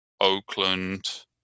Oakland